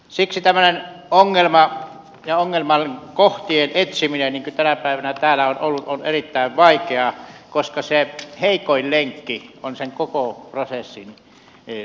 siksi tämmöinen ongelman ja ongelmakohtien etsiminen niin kuin tänä päivänä täällä on ollut on erittäin vaikeaa koska se heikoin lenkki on sen koko prosessin lopputuloksena